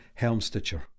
Helmstitcher